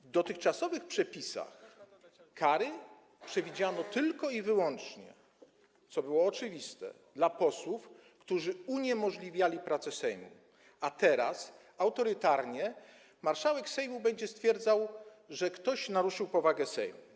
W dotychczasowych przepisach kary przewidziano tylko i wyłącznie, co było oczywiste, dla posłów, którzy uniemożliwiali prace Sejmu, a teraz autorytarnie marszałek Sejmu będzie stwierdzał, że ktoś naruszył powagę Sejmu.